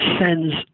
sends